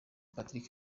patrick